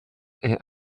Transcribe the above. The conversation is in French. est